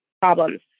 problems